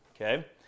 Okay